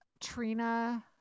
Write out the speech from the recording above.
Trina